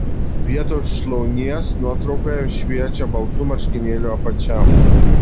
vietoj šlaunies nuotraukoje šviečia baltų marškinėlių apačia